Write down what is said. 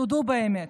תודו באמת.